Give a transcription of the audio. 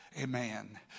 amen